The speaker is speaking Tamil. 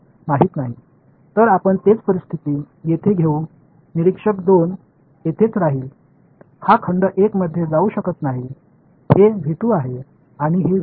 எனவே நாம் என்ன செய்கிறோம் என்றால் இங்கே அதே நிலைமையை எடுத்துக்கொள்வோம் பார்வையாளர் 2 இங்கே உள்ளது தொகுதி 1 க்குள் செல்ல முடியாது இது இது மற்றும் இது V 1